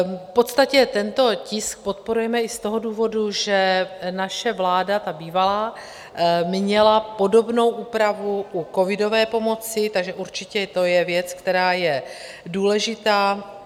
V podstatě tento tisk podporujeme i z toho důvodu, že naše vláda, ta bývalá, měla podobnou úpravu u covidové pomoci, takže určitě to je věc, která je důležitá.